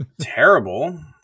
terrible